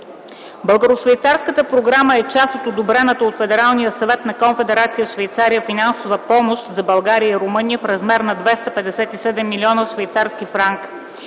Българо-швейцарската програма е част от одобрената от Федералния съвет на Конфедерация Швейцария финансова помощ за България и Румъния в размер на 257 млн. швейцарски франка.